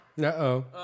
Uh-oh